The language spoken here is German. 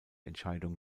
entscheidung